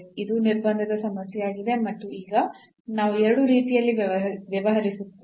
ಇದು ನಿರ್ಬಂಧದ ಸಮಸ್ಯೆಯಾಗಿದೆ ಮತ್ತು ಈಗ ನಾವು ಎರಡು ರೀತಿಯಲ್ಲಿ ವ್ಯವಹರಿಸುತ್ತೇವೆ